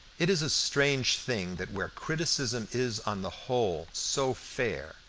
it is a strange thing that where criticism is on the whole so fair,